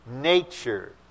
nature